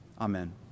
Amen